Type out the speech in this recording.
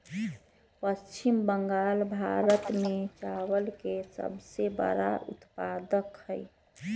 पश्चिम बंगाल भारत में चावल के सबसे बड़ा उत्पादक हई